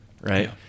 right